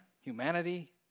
Humanity